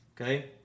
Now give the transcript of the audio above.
Okay